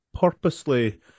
purposely